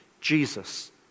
Jesus